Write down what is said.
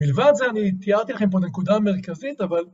מלבד זה אני תיארתי לכם פה נקודה מרכזית אבל...